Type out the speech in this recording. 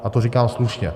A to říkám slušně.